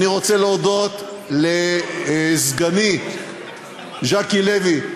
אני רוצה להודות לסגני ז'קי לוי,